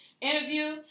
interview